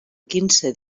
quinze